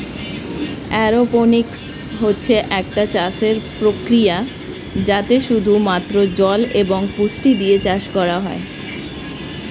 aeroponics হচ্ছে একটা চাষের প্রক্রিয়া যাতে শুধু মাত্র জল এবং পুষ্টি দিয়ে চাষ করা হয়